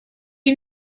you